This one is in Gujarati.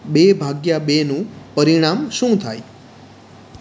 બે ભાગ્યા બેનું પરિણામ શું થાય